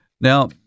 Now